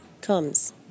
comes